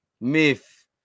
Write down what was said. Myth